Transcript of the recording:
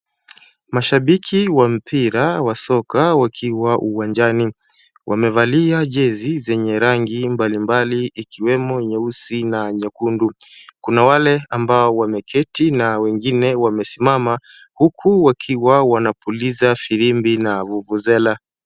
Mashabiki wa mpira wa soka wakiwa uwanjani, wamevalia jezi zenye rangi mbalimbali, ikiwemo nyeusi na nyekundu. Kuna wale ambao wameketi na wengine wamesimama, huku wakiwa wanapuliza filimbi na vuvuzela .